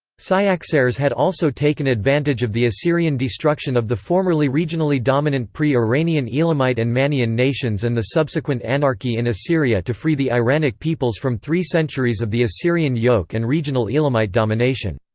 cyaxares had also taken advantage of the assyrian destruction of the formerly regionally dominant pre-iranian elamite and mannean nations and the subsequent anarchy in assyria to free the iranic peoples from three centuries of the assyrian yoke and regional elamite domination.